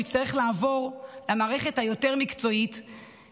הוא יצטרך לעבור למערכת המקצועית יותר,